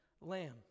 Lamb